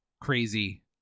crazy